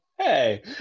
hey